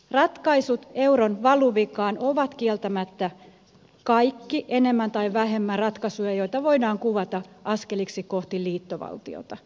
ratkaisut euron valuvikaan ovat kieltämättä kaikki enemmän tai vähemmän ratkaisuja joita voidaan kuvata askeliksi kohti liittovaltiota